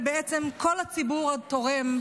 ובעצם כל הציבור התורם,